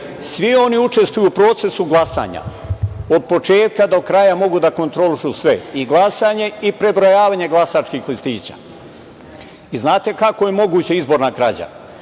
oni učestvuju u procesu glasanja. Od početka do kraja mogu da kontrolišu sve i glasanje i prebrojavanje glasačkih listića. Znate li kako je moguća izborna krađa?